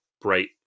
bright